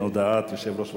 ועדת